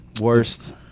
worst